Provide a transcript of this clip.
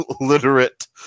literate